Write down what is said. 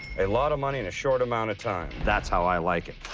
a lot of money in a short amount of time. that's how i like it.